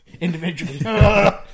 Individually